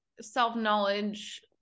self-knowledge